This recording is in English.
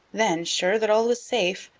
then, sure that all was safe,